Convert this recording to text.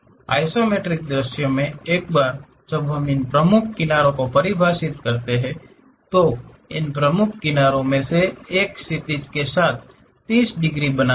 isometric दृश्य में एक बार जब हम इन प्रमुख किनारों को परिभाषित करते हैं इन प्रमुख किनारों में से एक क्षैतिज के साथ 30 डिग्री बनाता है